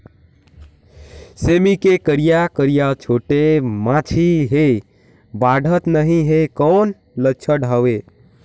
सेमी मे करिया करिया छोटे माछी हे बाढ़त नहीं हे कौन लक्षण हवय?